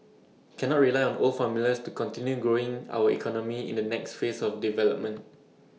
cannot rely on old formulas to continue growing our economy in the next phase of development